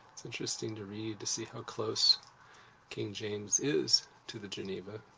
it's interesting to read to see how close king james is to the geneva.